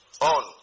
on